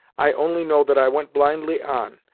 i only know that i went blindly on,